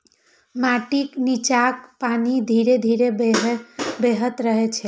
माटिक निच्चाक पानि धीरे धीरे बहैत रहै छै